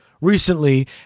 recently